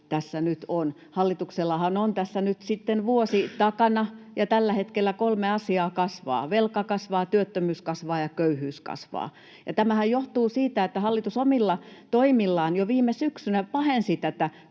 tässä nyt on. Hallituksellahan on tässä nyt sitten vuosi takana, ja tällä hetkellä kolme asiaa kasvaa: velka kasvaa, työttömyys kasvaa, ja köyhyys kasvaa. Tämähän johtuu siitä, että hallitus omilla toimillaan jo viime syksynä pahensi tätä